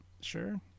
Sure